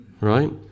Right